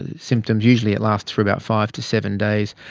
ah symptoms, usually it lasts for about five to seven days,